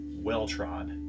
well-trod